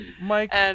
Mike